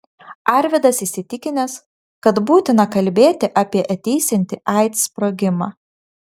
arvydas įsitikinęs kad būtina kalbėti apie ateisiantį aids sprogimą